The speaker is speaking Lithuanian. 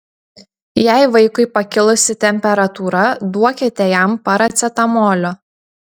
jei vaikui pakilusi temperatūra duokite jam paracetamolio